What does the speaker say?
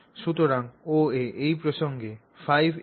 সুতরাং OA এই প্রসঙ্গে 5a12a1